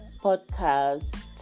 podcast